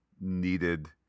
needed